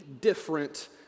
different